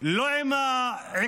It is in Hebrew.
לא עם העיקרון.